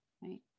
right